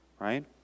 Right